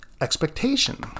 expectation